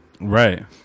Right